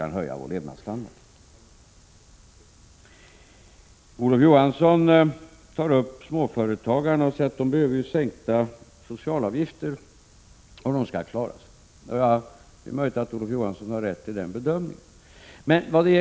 1986/87:135 det går att höja levnadsstandarden. 3 juni 1987 Olof Johansson tog upp småföretagarna och sade att de behöver få en sänkning av socialavgifterna, om de skall klara sig. Det är möjligt att Olof Johanssons bedömning är riktig.